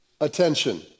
attention